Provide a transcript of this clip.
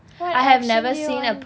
what action do you want